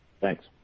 Thanks